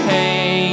Hey